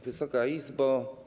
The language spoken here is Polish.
Wysoka Izbo!